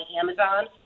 Amazon